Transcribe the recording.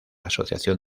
asociación